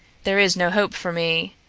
there is no hope for me.